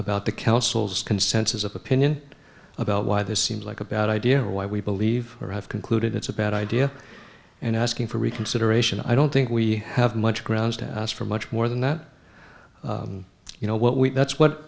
about the council's consensus opinion about why this seems like a bad idea or why we believe or have concluded it's a bad idea and asking for reconsideration i don't think we have much grounds to ask for much more than that you know what we've that's what